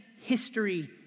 history